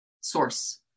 source